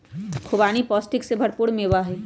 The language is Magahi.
खुबानी पौष्टिक से भरपूर मेवा हई